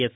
S